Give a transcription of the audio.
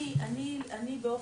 אני באופן,